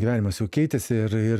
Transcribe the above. gyvenimas jau keitėsi ir ir